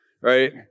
right